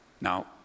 Now